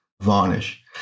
varnish